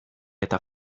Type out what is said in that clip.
eta